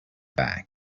back